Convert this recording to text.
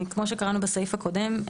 כמו שקראנו בסעיף הקודם,